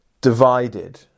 divided